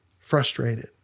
frustrated